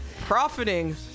profiting